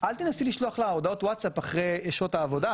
אל תנסי לשלוח לה הודעות ווטסאפ אחרי שעות העבודה,